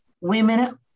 Women